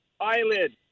Eyelid